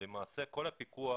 למעשה כל הפיקוח